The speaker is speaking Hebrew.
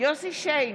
יוסף שיין,